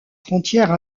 frontières